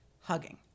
Hugging